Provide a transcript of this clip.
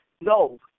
no